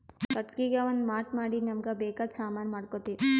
ಕಟ್ಟಿಗಿಗಾ ಒಂದ್ ಮಾಟ್ ಮಾಡಿ ನಮ್ಮ್ಗ್ ಬೇಕಾದ್ ಸಾಮಾನಿ ಮಾಡ್ಕೋತೀವಿ